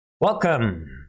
Welcome